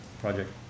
project